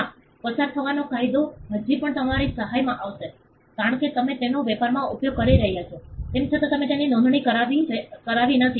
હા પસાર થવાનો કાયદો હજી પણ તમારી સહાયમાં આવશે કારણ કે તમે તેનો વેપારમાં ઉપયોગ કરી રહ્યાં છો તેમ છતાં તમે તેની નોંધણી કરાય્વી નથી